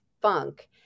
funk